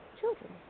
children